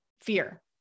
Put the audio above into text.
fear